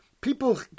people